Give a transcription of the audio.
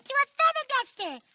you know feather duster.